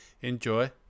Enjoy